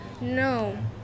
No